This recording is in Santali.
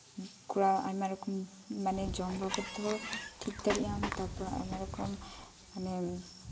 ᱢᱟᱱᱟᱣ ᱡᱚᱨᱩᱨᱤ ᱠᱟᱱᱟ ᱠᱚᱨᱟᱣ ᱢᱟᱱᱮ ᱟᱭᱢᱟ ᱨᱚᱠᱚᱢ ᱡᱚᱢ ᱛᱮᱦᱚᱸ ᱴᱷᱤᱠ ᱫᱟᱲᱮᱭᱟᱜ ᱟᱢ ᱛᱟᱨᱯᱚᱨᱮ ᱟᱭᱢᱟ ᱨᱚᱠᱚᱢ ᱢᱟᱱᱮ